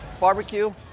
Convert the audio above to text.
Barbecue